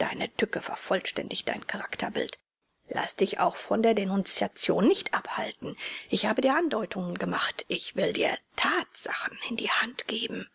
die tücke vervollständigt dein charakterbild laß dich auch von der denunziation nicht abhalten ich habe dir andeutungen gemacht ich will dir tatsachen in die hand geben